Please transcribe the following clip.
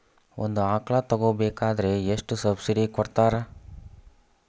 ಒಂದು ಆಕಳ ತಗೋಬೇಕಾದ್ರೆ ಎಷ್ಟು ಸಬ್ಸಿಡಿ ಕೊಡ್ತಾರ್?